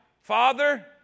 Father